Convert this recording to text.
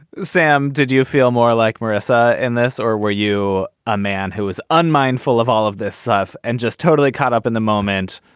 sam, did you feel more like marissa and this, or were you a man who was unmindful of all of this stuff and just totally caught up in the moment?